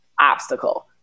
obstacle